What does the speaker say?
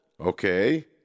Okay